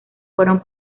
fueron